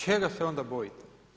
Čega se onda bojite?